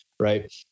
Right